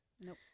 Nope